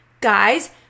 Guys